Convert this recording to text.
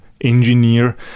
engineer